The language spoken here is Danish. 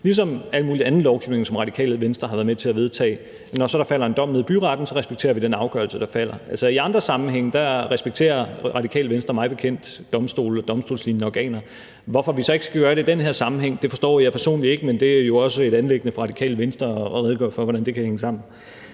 med al mulig anden lovgivning, som Radikale Venstre har været med til at vedtage. Når der så falder en dom nede i byretten, respekterer vi den afgørelse, der falder. I andre sammenhænge respekterer Radikale Venstre mig bekendt domstole og domstolslignende organer. Hvorfor vi så ikke skal gøre det i den her sammenhæng, forstår jeg personligt ikke, men det er jo også et anliggende for Radikale Venstre at redegøre for, hvordan det kan hænge sammen.